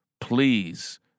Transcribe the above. Please